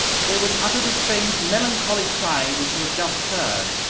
they would utter the strange melancholy cry which you have just heard.